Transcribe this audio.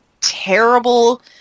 terrible